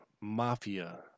mafia